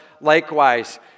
likewise